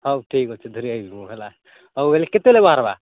ହଉ ଠିକ୍ ଅଛି ଧରି ଆଇବି ମୁଁ ହେଲା ହଉ ହେଲେ କେତେବେଲେ ବାହାରବା